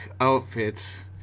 outfits